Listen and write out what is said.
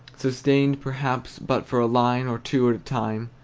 sustained perhaps but for a line or two at a time,